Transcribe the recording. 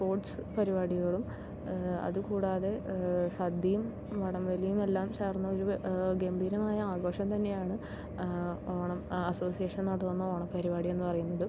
sports പരിപാടികളും അതുകൂടാതെ സദ്യയും വടംവലിയും എല്ലാം ചേർന്നൊരു ഗംഭീരമായ ഒരാഘോഷം തന്നെയാണ് ഓണം അസോസിയേഷൻ നടത്തുന്ന ഓണപ്പരുപാടി എന്ന് പറയുന്നത്